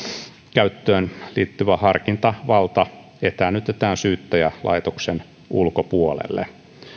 käyttöön liittyvä harkintavalta etäännytetään syyttäjälaitoksen ulkopuolelle